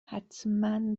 حتما